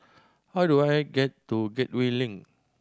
how do I get to Gateway Link